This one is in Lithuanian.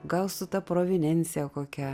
gal su ta provinensija kokia